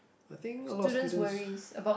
I think a lot of students